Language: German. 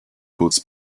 kurz